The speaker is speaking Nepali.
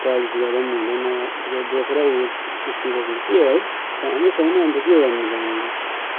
पलिस गर्दा पनि हुँदैन त्यो बोक्रा उट उक्किएपछि त के है कामै छैन अन्त के गर्नु त अन्त